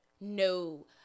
No